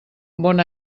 bon